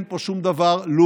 אין פה שום דבר לאומני.